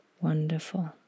Wonderful